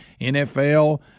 NFL